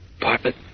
Apartment